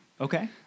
Okay